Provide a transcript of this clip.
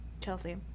Chelsea